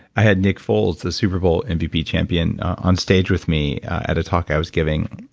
i had nick foles, the superbowl and mvp champion, onstage with me at a talk i was giving.